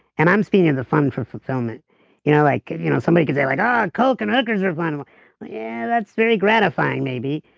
and i'm speaking the fun for fulfillment you know like you know somebody can say like um coke and hookers are fun, well yeah that's very gratifying maybe,